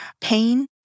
pain